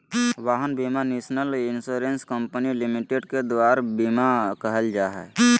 वाहन बीमा national insurance company limited के दुआर बीमा कहल जाहइ